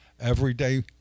everyday